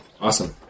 Awesome